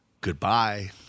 Goodbye